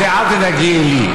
אל תדאגי לי.